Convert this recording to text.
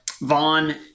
Vaughn